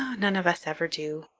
none of us ever do,